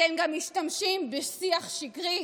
אתם גם משתמשים בשיח שקרי.